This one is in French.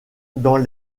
dans